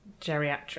geriatric